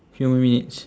few more minutes